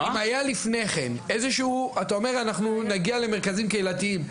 אתה אומר, אנחנו נגיע למרכזים קהילתיים.